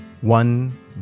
one